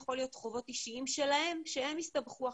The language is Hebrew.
יכול להיות חובות אישיים שלהם שהם הסתבכו,